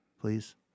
please